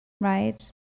right